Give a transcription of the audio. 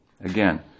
Again